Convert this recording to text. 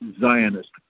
Zionist